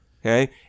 Okay